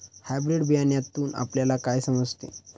Hybrid बियाण्यातून आपल्याला काय समजते?